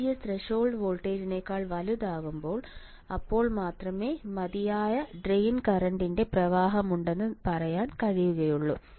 VGS threshold വോൾട്ടേജിനേക്കാൾ വലുതാകുമ്പോൾ അപ്പോൾ മാത്രമേ മതിയായ ട്രെയിൻ കറൻറ് ൻറെ പ്രവാഹമുണ്ടെന്ന് പറയാൻ കഴിയുകയുള്ളൂ